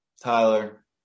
Tyler